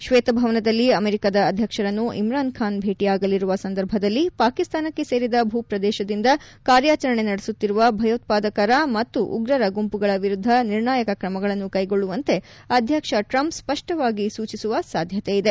ಶ್ವೇತಭವನದಲ್ಲಿ ಅಮೆರಿಕಾದ ಅಧ್ಯಕ್ಷರನ್ನು ಇಮ್ರಾನ್ ಖಾನ್ ಭೇಟಿಯಾಗಲಿರುವ ಸಂದರ್ಭದಲ್ಲಿ ಪಾಕಿಸ್ತಾನಕ್ಕೆ ಸೇರಿದ ಭುಪ್ರದೇಶದಿಂದ ಕಾರ್ಯಾಚರಣೆ ನಡೆಸುತ್ತಿರುವ ಭಯೋತ್ಪಾದಕರ ಮತ್ತು ಉಗ್ರರ ಗುಂಪುಗಳ ವಿರುದ್ಧ ನಿರ್ಣಾಯಕ ಕ್ರಮಗಳನ್ನು ಕೈಗೊಳ್ಳುವಂತೆ ಅಧ್ವಕ್ಷ ಟ್ರಂಪ್ ಸ್ಪಷ್ಟವಾಗಿ ಸೂಚಿಸುವ ಸಾಧ್ಯತೆ ಇದೆ